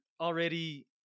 already